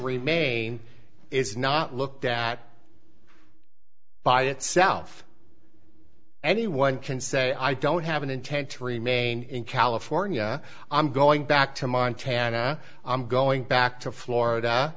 remain is not looked at by itself anyone can say i don't have an intent to remain in california i'm going back to montana i'm going back to florida